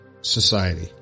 society